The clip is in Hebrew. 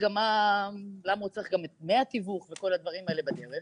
גם למה הוא צריך גם את דמי התיווך ואת כל הדברים האלה בדרך?